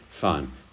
fine